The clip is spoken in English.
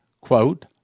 Quote